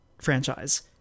franchise